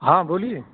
हाँ बोलिए